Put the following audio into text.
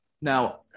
now